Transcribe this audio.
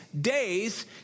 days